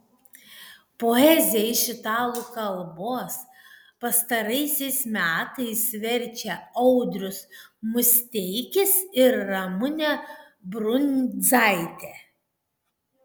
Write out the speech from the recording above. poeziją iš italų kalbos pastaraisiais metais verčia audrius musteikis ir ramunė brundzaitė